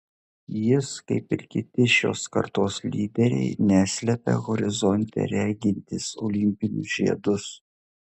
jis kaip ir kiti šios kartos lyderiai neslepia horizonte regintys olimpinius žiedus